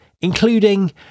including